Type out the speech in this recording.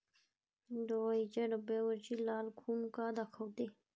दवाईच्या डब्यावरची लाल खून का दाखवते?